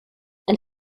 and